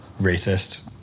racist